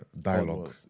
dialogue